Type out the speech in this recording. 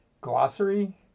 glossary